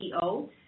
CEO